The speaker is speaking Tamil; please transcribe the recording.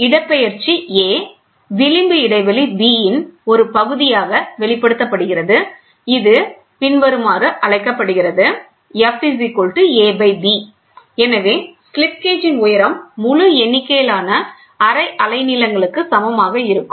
இடப்பெயர்ச்சி a விளிம்பு இடைவெளி b இன் ஒரு பகுதியாக வெளிப்படுத்தப்படுகிறது இது பின்வருமாறு எனவே ஸ்லிப் கேஜின் உயரம் முழு எண்ணிக்கையிலான அரை அலைநீளங்களுக்கு சமமாக இருக்கும்